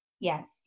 Yes